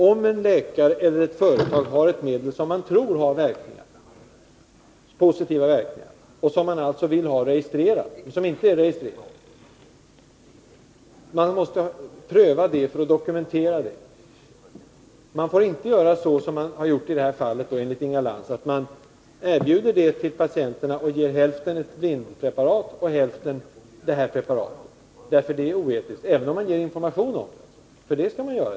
Om en läkare eller ett företag har ett medel som man tror har positiva verkningar och som man vill ha registrerat — hur skall det då gå till? Man måste pröva medlet för att dokumentera verkningarna. Enligt Inga Lantz får man då inte göra så som man har gjort i det här fallet — att man erbjuder medlet till patienterna och ger hälften av dem blindpreparat och hälften det preparat man vill pröva — för det är oetiskt. Vi är ju helt överens om att information skall ges.